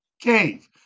cave